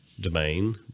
domain